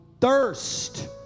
thirst